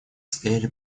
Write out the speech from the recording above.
стояли